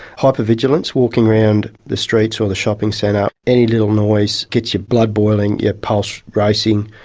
hyper-vigilance, walking around the streets or the shopping centre, any little noise gets your blood boiling, your pulse racing,